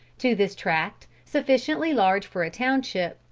to this tract, sufficiently large for a township,